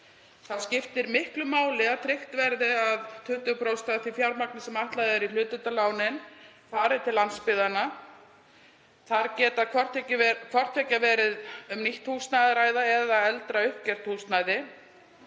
Þá skiptir miklu máli að tryggt verði að 20% af því fjármagni sem ætlað er í hlutdeildarlánin fari til landsbyggðanna. Þar getur hvort tveggja verið um nýtt húsnæði að ræða eða eldra uppgert húsnæði.